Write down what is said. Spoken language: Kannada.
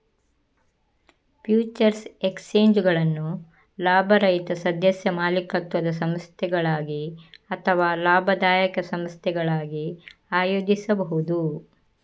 ಫ್ಯೂಚರ್ಸ್ ಎಕ್ಸ್ಚೇಂಜುಗಳನ್ನು ಲಾಭರಹಿತ ಸದಸ್ಯ ಮಾಲೀಕತ್ವದ ಸಂಸ್ಥೆಗಳಾಗಿ ಅಥವಾ ಲಾಭದಾಯಕ ಸಂಸ್ಥೆಗಳಾಗಿ ಆಯೋಜಿಸಬಹುದು